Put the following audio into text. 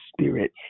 spirit